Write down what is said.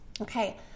Okay